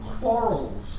quarrels